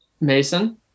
Mason